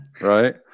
right